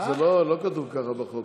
זה לא כתוב ככה בחוק.